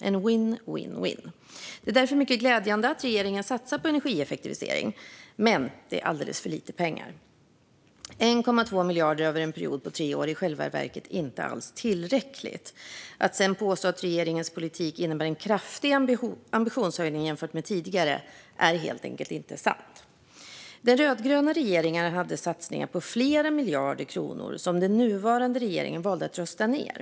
Det blir win-win. Det är därför mycket glädjande att regeringen satsar på energieffektivisering, men det är alldeles för lite pengar - 1,2 miljarder över en period på tre år är i själva verket inte alls tillräckligt. Att sedan påstå att regeringens politik innebär en kraftig ambitionshöjning jämfört med tidigare år är helt enkelt inte sant. Den rödgröna regeringen hade satsningar på flera miljarder kronor som den nuvarande regeringen valde att rösta ned.